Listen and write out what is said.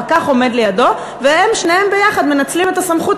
הפקח עומד לידו והם שניהם ביחד מנצלים את הסמכות